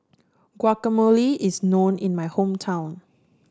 guacamole is known in my hometown